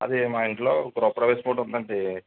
అది మా ఇంట్లో గృహప్రవేశం ఒకటి ఉందండి